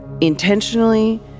intentionally